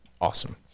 awesome